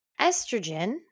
Estrogen